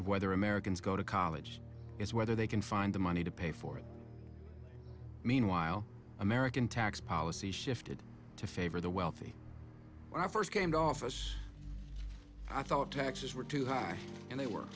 whether americans go to college is whether they can find the money to pay for it meanwhile american tax policy shifted to favor the wealthy when i first came to office i thought taxes were too high and they were